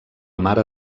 mare